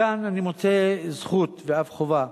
כאן אני מוצא זכות ואף חובה